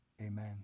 Amen